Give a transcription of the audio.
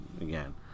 again